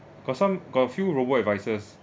got some got a few robo-advisors